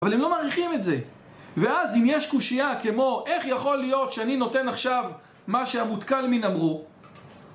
אבל הם לא מעריכים את זה, ואז אם יש קושייה כמו, איך יכול להיות שאני נותן עכשיו מה שהמותכלמין אמרו?